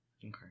Okay